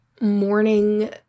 morning